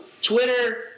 Twitter